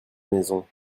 maison